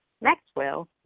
Maxwell